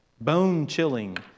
Bone-chilling